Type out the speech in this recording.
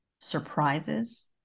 surprises